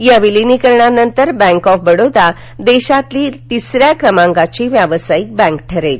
या विलिनीकरणानंतर bank of Baroda देशातली तिसऱ्या क्रमांकाची व्यावसायिक बँक ठरेल